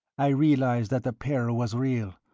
i realized that the peril was real,